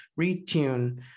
retune